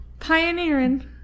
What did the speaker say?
pioneering